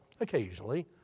occasionally